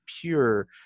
pure